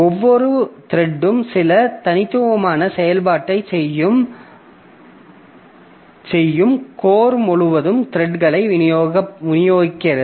ஒவ்வொரு த்ரெட்டும் சில தனித்துவமான செயல்பாட்டைச் செய்யும் கோர் முழுவதும் த்ரெட்களை விநியோகிக்கிறது